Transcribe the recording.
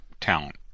talent